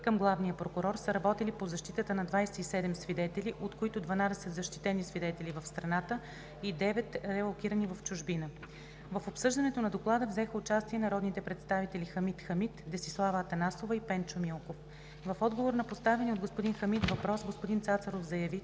към главния прокурор са работили по защитата на 27 свидетели, от които 12 – защитени свидетели в страната, и 9 – релокирани в чужбина. В обсъждането на Доклада взеха участие народните представители Хамид Хамид, Десислава Атанасова и Пенчо Милков. В отговор на поставения от господин Хамид въпрос господин Цацаров заяви,